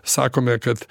sakome kad